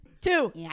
two